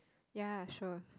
ya sure